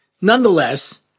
Nonetheless